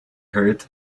heard